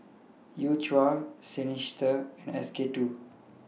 U Cha Seinheiser and SK two